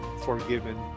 forgiven